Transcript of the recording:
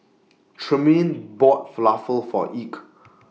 Tremaine bought Falafel For Ike